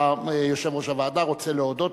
יושב-ראש הוועדה רוצה להודות.